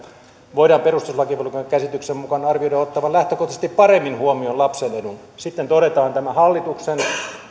voidaan perustuslakivaliokunnan käsityksen mukaan arvioida ottavan lähtökohtaisesti paremmin huomioon lapsen edun sitten todetaan tämä hallituksen